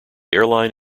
airline